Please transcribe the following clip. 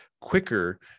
quicker